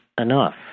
enough